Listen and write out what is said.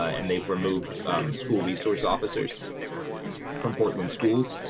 ah and they've removed school resource officers from portland schools.